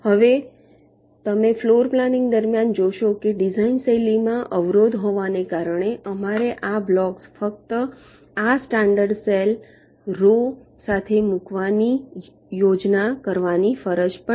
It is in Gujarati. હવે તમે ફ્લોરપ્લાનિંગ દરમિયાન જોશો કે ડિઝાઇન શૈલીમાં અવરોધ હોવાને કારણે અમારે આ બ્લોક્સ ફક્ત આ સ્ટાન્ડર્ડ સેલ રૉ સાથે મૂકવાની યોજના કરવાની ફરજ પડી